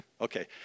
Okay